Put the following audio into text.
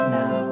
now